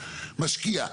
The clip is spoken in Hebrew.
משקיע,